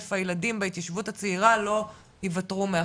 הילדים בהתיישבות הצעירה יוותרו מאחור?